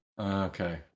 Okay